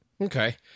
Okay